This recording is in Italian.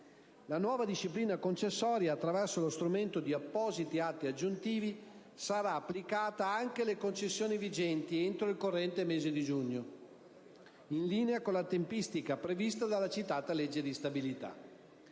La nuova disciplina concessoria, attraverso lo strumento di appositi atti aggiuntivi, sarà applicata anche alle concessioni vigenti entro il corrente mese di giugno, in linea con la tempistica prevista dalla legge di stabilità.